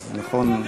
אז נכון,